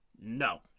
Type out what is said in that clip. no